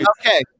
Okay